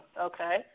Okay